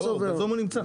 הוא נמצא בזום.